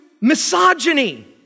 misogyny